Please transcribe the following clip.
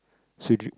so do